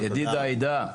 ידיד העדה.